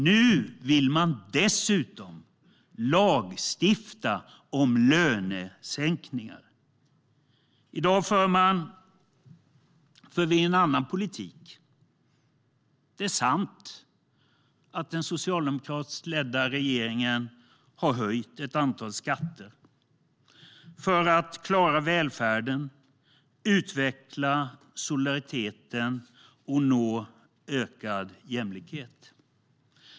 Nu vill man dessutom lagstifta om lönesänkningar.I dag för vi en annan politik. Det är sant att den socialdemokratiskt ledda regeringen har höjt ett antal skatter för att klara välfärden, utveckla solidariteten och nå ökad jämlikhet.